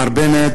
מר בנט,